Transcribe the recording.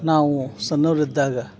ನಾವು ಸಣ್ಣವ್ರಿದ್ದಾಗ